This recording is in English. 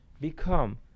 become